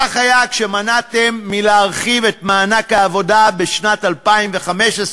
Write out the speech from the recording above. כך היה כשנמנעתם מלהרחיב את מענק העבודה בשנת 2015,